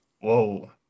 Whoa